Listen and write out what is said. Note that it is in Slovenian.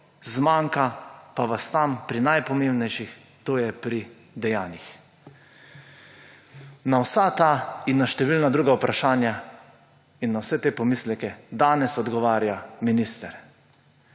zmanjka pa vas tam pri najpomembnejših − to je pri dejanjih. Na vsa ta in na številna druga vprašanja in na vse te pomisleke danes odgovarja minister.